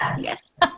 yes